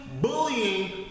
bullying